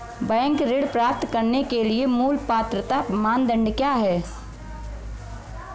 Bank ऋण प्राप्त करने के लिए मूल पात्रता मानदंड क्या हैं?